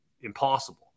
impossible